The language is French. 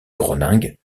groningue